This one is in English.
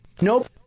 Nope